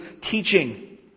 teaching